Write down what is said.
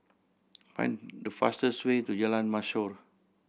find the fastest way to Jalan Mashhor